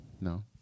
no